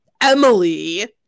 emily